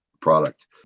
product